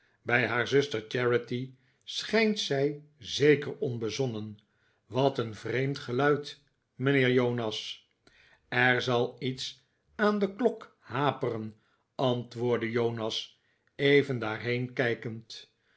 bij haar zuster charity schijnt zij zeker onbezonnen wat een vreemd geluid mijnheer jonas er zal iets aan de klok haperen antwoordde jonas even daarheen kijkend